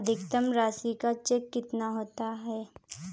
अधिकतम राशि का चेक कितना होता है?